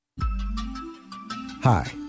Hi